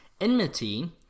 enmity